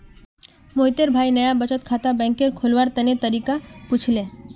मोहितेर भाई नाया बचत खाता बैंकत खोलवार तने तरीका पुछले